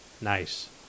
Nice